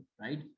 right